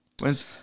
When's